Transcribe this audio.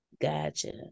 Gotcha